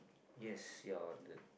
yes you're on the